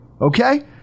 Okay